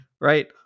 right